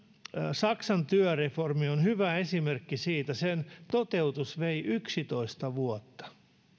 saksan työreformi on hyvä esimerkki siitä sen toteutus vei yksitoista vuotta